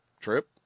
Trip